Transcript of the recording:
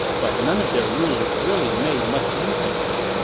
but none of their rulers really made much use of him.